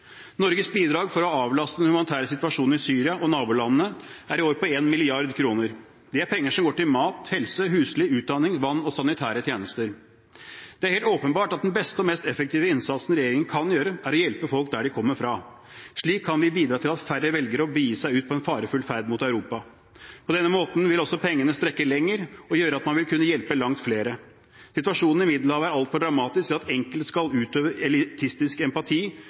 Norges bidrag for å avlaste den humanitære situasjonen i Syria og nabolandene er i år på 1 mrd. kr. Det er penger som går til mat, helse, husly, utdanning, vann og sanitære tjenester. Det er helt åpenbart at den beste og mest effektive innsatsen regjeringen kan gjøre, er å hjelpe folk der de kommer fra. Slik kan vi bidra til at færre velger å begi seg ut på en farefull ferd mot Europa. På denne måten vil også pengene strekke lenger og gjøre at man vil kunne hjelpe langt flere. Situasjonen i Middelhavet er altfor dramatisk til at enkelte skal utøve elitistisk empati